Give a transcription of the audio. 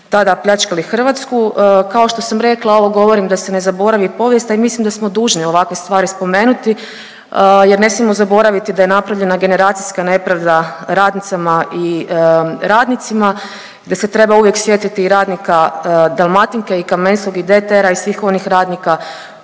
tada pljačkali Hrvatsku. Kao što sam rekla ovo govorim da se ne zaboravi povijest, a i mislim da smo dužni ovakve stvari spomenuti jer ne smijemo zaboraviti da je napravljena generacijska nepravda radnicama i radnicima, da se treba uvijek sjetiti radnika Dalmatinke i Kamenskog i DTR-a i svih onih radnika